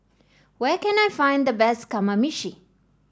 where can I find the best Kamameshi